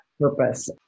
purpose